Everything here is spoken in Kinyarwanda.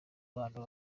bantu